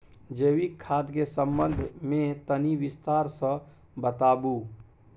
जैविक खाद के संबंध मे तनि विस्तार स बताबू?